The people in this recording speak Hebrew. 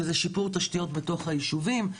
שזה שיפור תשתיות בתוך היישובים,